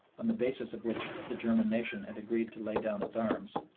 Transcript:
on the basis of which the german nation had agreed to lay down its arms,